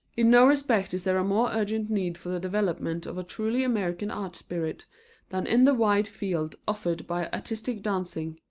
in no respect is there a more urgent need for the development of a truly american art spirit than in the wide field offered by artistic dancing,